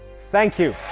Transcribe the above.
thank you!